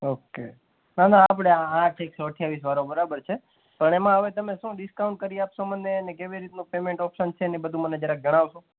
okay ના ના આપણે આઠ એકસો અઠ્ઠાવીસવાળો બરાબર છે પણ એમાં હવે તમે શુ ડિસ્કાઊંટ કરી આપશો મને અને કેવી રીતનું પેમેન્ટ ઓપ્શન છે ને એ બધુ મને જરાક જણાવશો